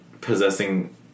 possessing